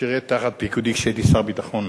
שירת תחת פיקודי כשהייתי שר ביטחון,